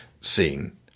seen